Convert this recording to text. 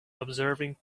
observing